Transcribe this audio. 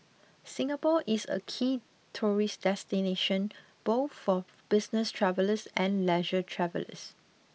Singapore is a key tourist destination both for business travellers and leisure travellers